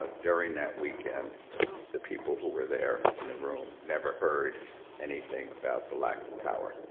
ah during that weekend, the the people who were there in the room never heard anything about the lack of power.